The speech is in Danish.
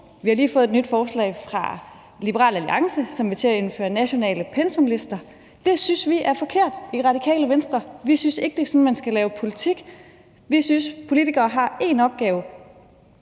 vi har lige fået et nyt forslag fra Liberal Alliance, som vil til at indføre nationale pensumlister. Det synes vi i Radikale Venstre er forkert. Vi synes ikke, det er sådan, man skal lave politik. Vi synes, at politikere har én opgave,